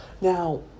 Now